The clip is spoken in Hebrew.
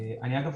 אגב,